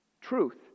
truth